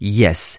yes